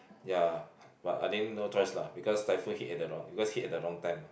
ya but I think no choice lah because typhoon hit at the wrong because hit at the wrong time ah